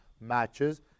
matches